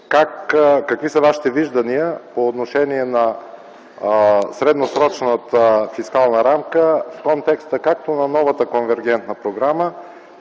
какви са Вашите виждания по отношение на средносрочната фискална рамка – в контекста както на новата конвергентна програма,